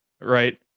Right